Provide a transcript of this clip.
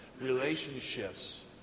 relationships